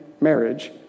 marriage